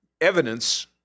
evidence